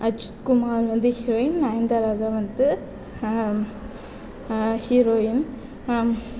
அஜித் குமார் வந்து ஹீரோயின் நயன்தாரா தான் வந்து ஹீரோயின்